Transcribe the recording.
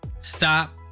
stop